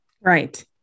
Right